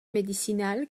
médicinale